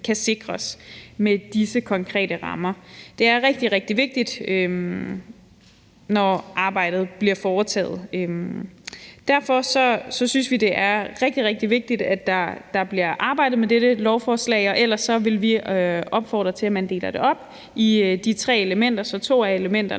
kan sikres med disse konkrete rammer. Det er rigtig, rigtig vigtigt, når arbejdet bliver foretaget. Derfor synes vi, det er rigtig, rigtig vigtigt, at der bliver arbejdet med dette lovforslag, og ellers vil vi opfordre til, at man deler det op i de tre elementer, så to af elementerne